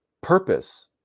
purpose